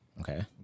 Okay